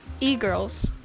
e-girls